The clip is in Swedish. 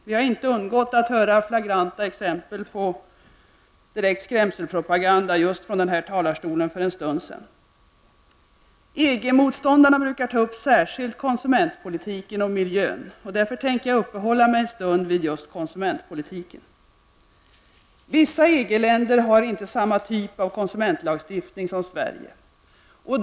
Vi har inte undgått att höra flagranta exempel på direkt skrämselpropaganda just från den här talarstolen för en stund sedan. EG-motståndarna brukar ta upp särskilt konsumentpolitiken och miljön. Därför tänker jag uppehålla mig en stund vid just konsumentpolitiken. Vissa EG-länder har inte samma typ av konsumentlagstiftning som Sverige.